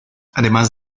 además